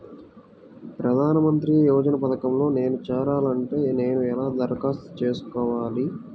ప్రధాన మంత్రి యోజన పథకంలో నేను చేరాలి అంటే నేను ఎలా దరఖాస్తు చేసుకోవాలి?